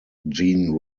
gene